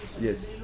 Yes